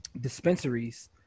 dispensaries